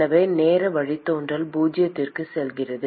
எனவே நேர வழித்தோன்றல் பூஜ்ஜியத்திற்கு செல்கிறது